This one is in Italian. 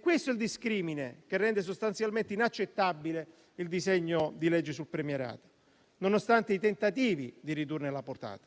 Questo è il discrimine che rende sostanzialmente inaccettabile il disegno di legge sul premierato, nonostante i tentativi di ridurne la portata.